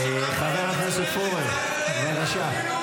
לא נשאר שם אף אחד.